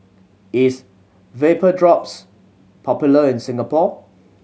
is Vapodrops popular in Singapore